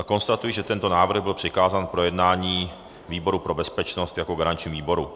Konstatuji, že tento návrh byl přikázán k projednání výboru pro bezpečnost jako garančnímu výboru.